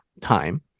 time